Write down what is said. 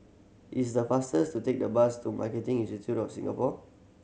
it's the faster to take the bus to Marketing Institute of Singapore